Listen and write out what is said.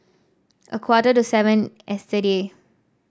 a quarter to seven yesterday